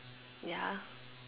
ya